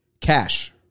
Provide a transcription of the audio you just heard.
Cash